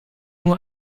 nur